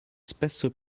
spesso